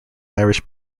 irish